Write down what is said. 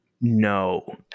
No